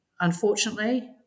unfortunately